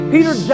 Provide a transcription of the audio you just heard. Peter